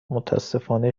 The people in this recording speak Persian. متأسفانه